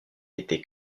été